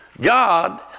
God